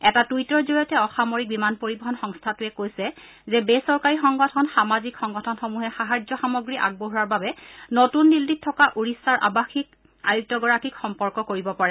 এটা টুইটৰ জৰিয়তে অসামৰিক বিমান পৰিবহন সংস্থাটোৰে কৈছে যে বেচৰকাৰী সংগঠন সামাজিক সংগঠনসমূহে সাহায্য সামগ্ৰী আগবঢ়োৱাৰ বাবে নতুন দিল্লীত থকা ওড়িশাৰ আৱাসিক আয়ুক্তগৰাকীক সম্পৰ্ক কৰিব পাৰে